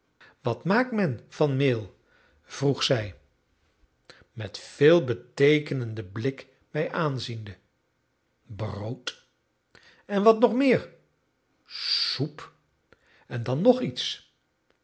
wat maakt men van meel vroeg zij met een veelbeteekenenden blik mij aanziende brood en wat nog meer soep en dan nog iets